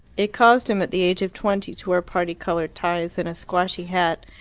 it caused him at the age of twenty to wear parti-coloured ties and a squashy hat,